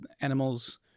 animals